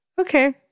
okay